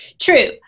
True